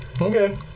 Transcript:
Okay